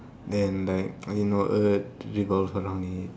then like you know earth revolves around it